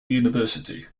university